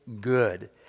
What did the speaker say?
good